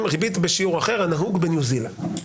ריבית בשיעור אחר הנהוג בניו זילנד.